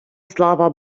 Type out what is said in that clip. слава